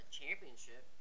championship